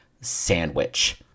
sandwich